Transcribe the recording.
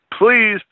Please